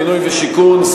בינוי ושיכון,